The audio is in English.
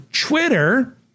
Twitter